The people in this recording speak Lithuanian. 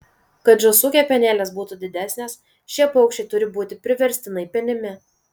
kad žąsų kepenėlės būtų didesnės šie paukščiai turi būti priverstinai penimi